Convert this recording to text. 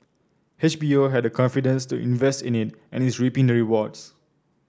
H B O had the confidence to invest in it and is reaping the rewards